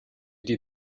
die